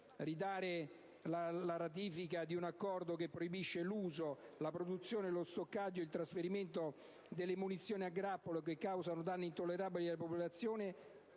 Ritardare la ratifica di un accordo che proibisce l'uso, la produzione, lo stoccaggio e il trasferimento delle munizioni a grappolo, che causano danni intollerabili alle popolazioni